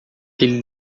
ele